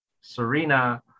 serena